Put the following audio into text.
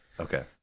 Okay